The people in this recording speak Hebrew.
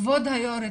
כבוד יושבת הראש,